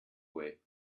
way